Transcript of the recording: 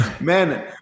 man